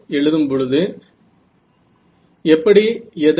विद्यार्थी सर तुम्ही